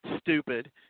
stupid